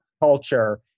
culture